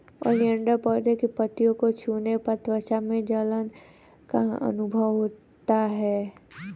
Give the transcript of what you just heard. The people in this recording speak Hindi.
ओलियंडर पौधे की पत्तियों को छूने पर त्वचा में जलन का अनुभव होता है